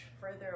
further